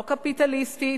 לא קפיטליסטית,